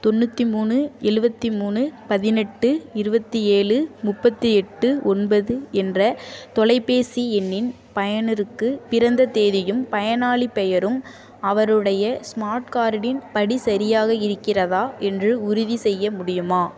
தொண்ணூற்றி மூணு எழுவத்தி மூணு பதினெட்டு இருபத்தி ஏழு முப்பத்து எட்டு ஒன்பது என்ற தொலைபேசி எண்ணின் பயனருக்கு பிறந்த தேதியும் பயனாளிப் பெயரும் அவருடைய ஸ்மார்ட் கார்டின் படி சரியாக இருக்கிறதா என்று உறுதிசெய்ய முடியுமா